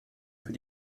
für